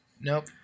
Nope